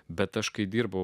bet aš kai dirbau